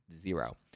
Zero